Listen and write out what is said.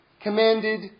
commanded